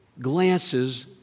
glances